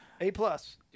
A-plus